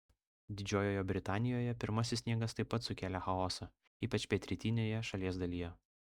didžiojoje britanijoje pirmasis sniegas taip pat sukėlė chaosą ypač pietrytinėje šalies dalyje